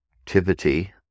activity